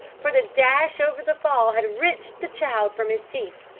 for the dash over the fall had wrenched the child from his teeth.